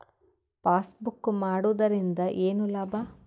Passbook ಮಾಡುದರಿಂದ ಏನು ಲಾಭ?